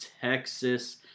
Texas